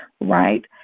right